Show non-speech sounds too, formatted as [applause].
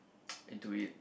[noise] into it